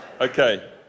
okay